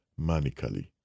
manically